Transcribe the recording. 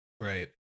right